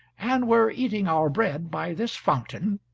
and were eating our bread by this fountain,